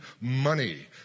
money